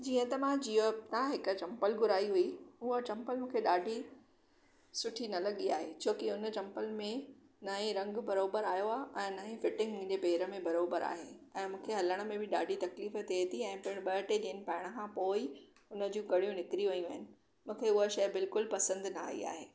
जीअं त मां जियो ऐप था हिकु चम्पल घुराई हुई उहा चम्पल मूंखे ॾाढी सुठी न लॻी आहे छो कि हुन चम्पल में न ही रंग बराबरि आहियो आहे ऐं न ही फिटिंग मुंहिंजे पेर में बराबरि आहे ऐं मूंखे हलण में बि ॾाढी तकलीफ़ थिए थी ऐं पिणि ॿ टे ॾींहं पाइण खां पोइ ई हुन जूं कड़ियूं निकिरी वेई हूं मूंखे उहा शइ बिल्कुलु पसंदि न आई आहे